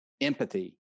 Empathy